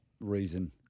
reason